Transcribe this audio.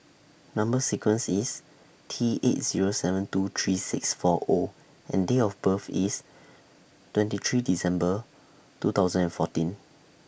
Number sequence IS T eight Zero seven two three six four O and Date of birth IS twenty three December two thousand and fourteen